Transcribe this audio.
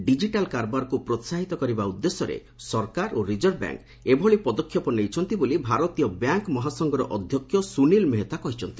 digital କାରବାରକୁ ପ୍ରୋସାହିତ କରିବା ଉଦ୍ଦେଶ୍ୟରେ ସରକାର ଓ ରିଜର୍ଭବ୍ୟାଙ୍କ ଏଭଳି ପଦକ୍ଷେପ ନେଇଛନ୍ତି ବୋଲି ଭାରତୀୟ ବ୍ୟାଙ୍କ ମହାସଂଘର ଅଧ୍ୟକ୍ଷ ସ୍ତନୀଲ ମେହେତା କହିଚ୍ଚନ୍ତି